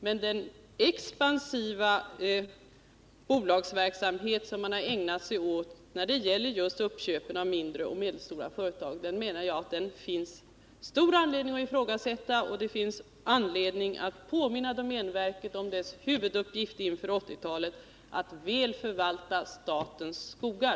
Men den expansiva bolagsverksamhet som man ägnat sig åt när det gäller uppköpen av mindre och medelstora företag finns det, menar jag, stor anledning att ifråga ta. Och det finns anledning att påminna domänverket om dess huvuduppgift inför 1980-talet: att väl förvalta statens skogar.